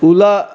ola